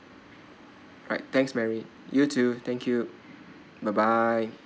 right thanks mary you too thank you bye bye